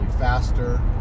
faster